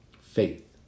Faith